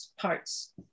parts